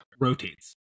Rotates